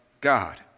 God